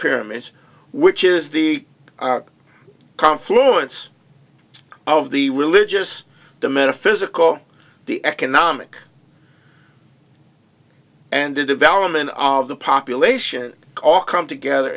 pyramids which is the confluence of the religious the metaphysical the economic and the development of the population all come together